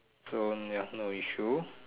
so ya no issue